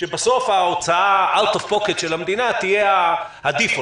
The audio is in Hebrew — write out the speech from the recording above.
שבסוף ההוצאה out of pocket של המדינה תהיה ה-default,